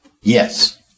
Yes